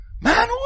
Man